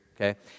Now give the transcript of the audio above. okay